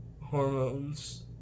hormones